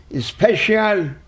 special